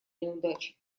неудач